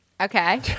Okay